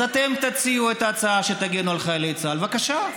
אז אתם תציעו את ההצעה שתגן על חיילי צה"ל, בבקשה.